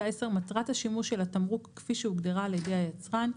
מטרת השימוש של התמרוק כפי שהוגדרה על ידי היצרן.